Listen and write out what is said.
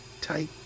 tight